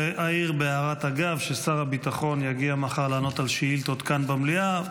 ואעיר בהערת אגב ששר הביטחון יגיע מחר לענות על שאילתות כאן במליאה,